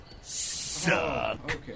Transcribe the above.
suck